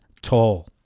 tall